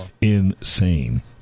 insane